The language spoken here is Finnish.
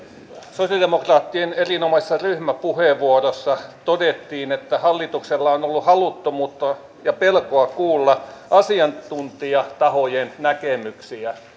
sosialidemok raattien erinomaisessa ryhmäpuheenvuorossa todettiin että hallituksella on on ollut haluttomuutta ja pelkoa kuulla asiantuntijatahojen näkemyksiä